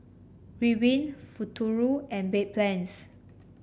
Ridwind Futuro and Bedpans